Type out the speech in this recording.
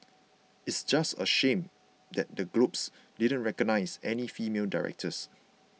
it's just a shame that the Globes didn't recognise any female directors